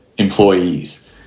Employees